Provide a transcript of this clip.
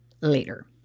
later